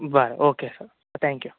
बरें okay thank you